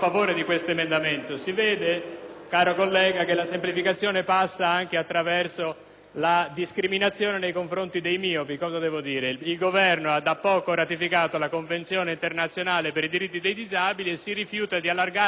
caro collega, che la semplificazione passa anche attraverso la discriminazione nei confronti dei miopi. Il Governo ha da poco ratificato la Convenzione internazionale per i diritti dei disabili e si rifiuta di allargare di 10 millimetri - pensate voi!